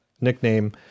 nickname